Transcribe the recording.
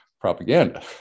propaganda